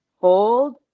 hold